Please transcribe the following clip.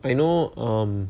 I know um